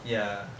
ya